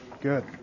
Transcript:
good